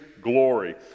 glory